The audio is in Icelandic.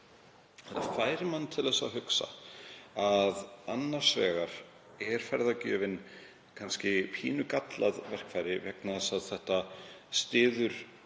Það fær mann til að hugsa að annars vegar sé ferðagjöfin kannski pínulítið gallað verkfæri, vegna þess að hún styður